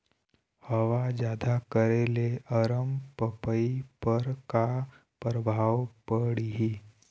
हवा जादा करे ले अरमपपई पर का परभाव पड़िही?